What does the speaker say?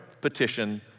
petition